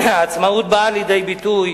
העצמאות באה לידי ביטוי